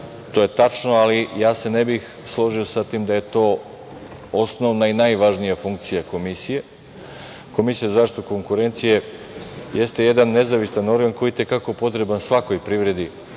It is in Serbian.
To jeste tačno, ali ja se ne bih složio sa tim da je to osnovna i najvažnija funkcija Komisije. Komisija za zaštitu konkurencije jeste jedan nezavistan organ koji je i te kako potreban svakoj privredi,